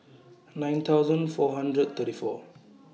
nine thousand four hundred thirty four